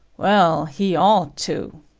well, he ought to.